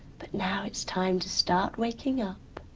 but now it's time to start waking up.